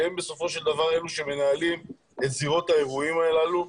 שהם בסופו של דבר אלה שמנהלים את זירות האירועים הללו,